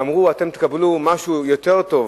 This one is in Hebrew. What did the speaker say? ואמרו, אתם תקבלו משהו יותר טוב,